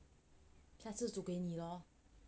下次煮给你啊